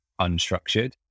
unstructured